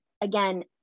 again